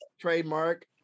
Trademark